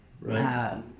Right